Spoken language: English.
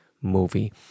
movie